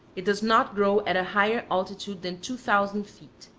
it does not grow at a higher altitude than two thousand feet.